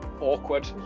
awkward